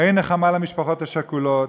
אין נחמה למשפחות השכולות,